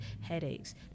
headaches